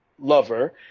lover